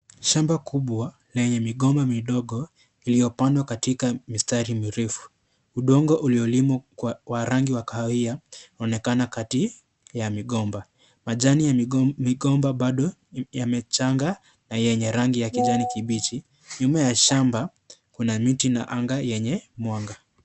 Shamba kubwa lenye migomba midogo iliyopandwa katika mistari mirefu. Udongo uliolimwa wa rangi ya kahawia unaonekana kati ya migomba. Majani ya migomba bado yamechanga na yenye rangi ya kijani kibichi. Nyuma ya shamba kuna miti na anga yenye mwanga.